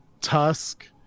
tusk